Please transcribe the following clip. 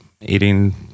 eating